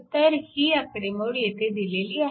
तर ही आकडेमोड येथे दिलेली आहे